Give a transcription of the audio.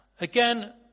Again